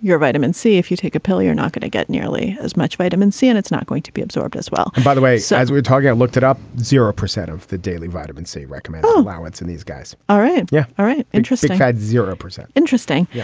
your vitamin c if you take a pill you're not going to get nearly as much vitamin c and it's not going to be absorbed as well and by the way size we're talking i looked it up zero percent of the daily vitamin c recommended allowance in these guys. all right. yeah. all right. interesting right. zero percent interesting. yeah